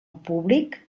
públic